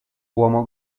uomo